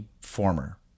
former